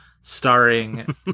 starring